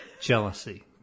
Jealousy